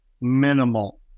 minimal